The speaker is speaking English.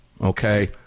okay